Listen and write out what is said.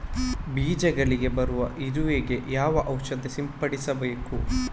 ಬೀಜಗಳಿಗೆ ಬರುವ ಇರುವೆ ಗೆ ಯಾವ ಔಷಧ ಸಿಂಪಡಿಸಬೇಕು?